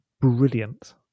brilliant